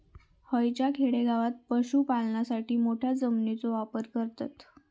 हयच्या खेडेगावात पशुपालनासाठी मोठ्या जमिनीचो वापर करतत